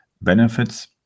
benefits